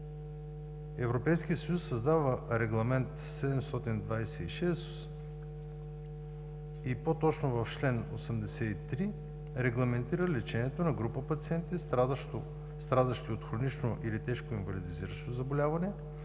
създава Регламент 726 и по-точно в чл. 83 регламентира лечението на група пациенти, страдащи от хронично или тежко инвалидизиращо заболяване